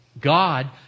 God